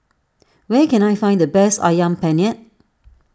where can I find the best Ayam Penyet